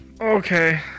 Okay